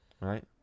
right